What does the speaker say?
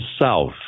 south